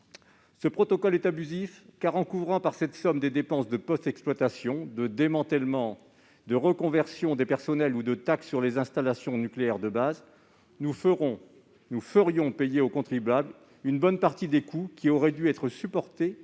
Ce protocole est abusif, car, en couvrant par cette somme des dépenses de post-exploitation de démantèlement, de reconversion des personnels ou de taxes sur les installations nucléaires de base, nous ferions payer au contribuable une bonne partie des coûts qui auraient dû être supportés